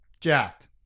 jacked